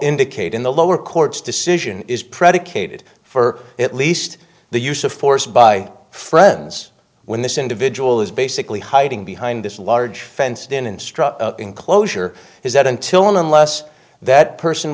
indicate in the lower court's decision is predicated for at least the use of force by friends when this individual is basically hiding behind this large fenced in instruct enclosure is that until unless that person